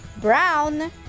brown